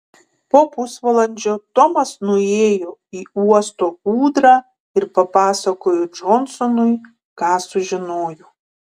po pusvalandžio tomas nuėjo į uosto ūdrą ir papasakojo džonsonui ką sužinojo